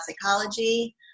psychology